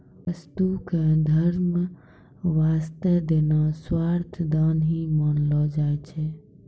वस्तु क धर्म वास्तअ देना सर्वथा दान ही मानलो जाय छै